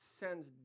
sends